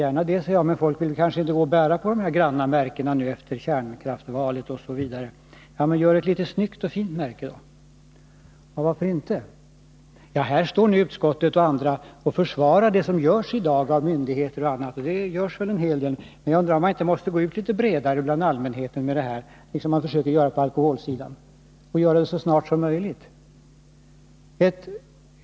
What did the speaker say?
Gärna det, svarade jag, men människorna vill kanske inte bära några märken nu efter kärnkraftsomröstningen. Gör ett litet, snyggt märke, svarade Gunnar Hedlund. Ja, varför inte? Här står nu utskottets talesman och andra och försvarar det som i dag görs avbl.a. myndigheterna. Det uträttas kanske en hel del, men jag undrar om vi inte, så snart som möjligt, måste gå ut till allmänheten med narkotikafrågan, på liknande sätt som sker på alkoholsidan.